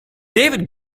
david